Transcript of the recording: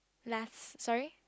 last sorry